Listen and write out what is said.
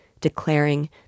declaring